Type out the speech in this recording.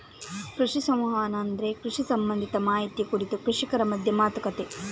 ಕೃಷಿ ಸಂವಹನ ಅಂದ್ರೆ ಕೃಷಿ ಸಂಬಂಧಿತ ಮಾಹಿತಿಯ ಕುರಿತು ಕೃಷಿಕರ ಮಧ್ಯ ಮಾತುಕತೆ